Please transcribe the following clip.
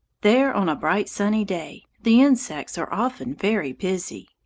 there on a bright sunny day the insects are often very busy.